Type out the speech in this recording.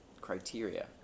criteria